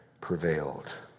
prevailed